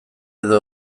edo